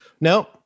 No